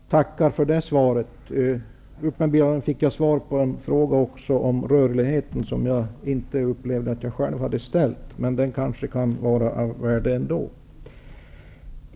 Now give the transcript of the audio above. Fru talman! Jag tackar för det svaret. Jag fick uppenbarligen svar på en fråga om rörligheten som jag inte upplever att jag själv hade ställt, men den kanske kan vara av värde ändå.